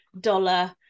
dollar